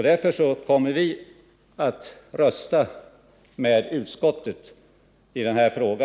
Därför kommer kammarens moderata ledamöter att rösta med utskottet i denna fråga.